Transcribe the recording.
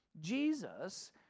Jesus